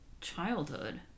childhood